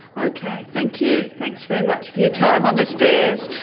ok. thank you. thanks very much for your time on the stairs.